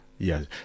Yes